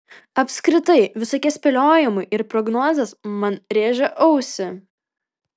apskritai visokie spėliojimai ir prognozės man rėžia ausį